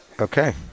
Okay